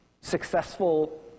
successful